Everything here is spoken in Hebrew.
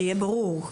שיהיה ברור.